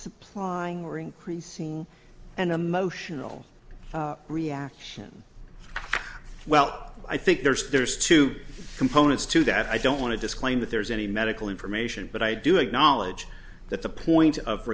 supplying or increasing an emotional reaction well i think there's there's two components to that i don't want to disclaim that there's any medical information but i do acknowledge that the point of